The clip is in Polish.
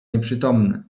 nieprzytomny